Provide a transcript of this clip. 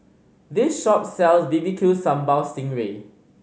this shop sells B B Q Sambal sting ray